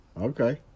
Okay